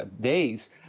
days